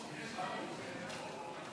איסור הפליה מחמת מקום מגורים),